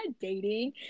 dating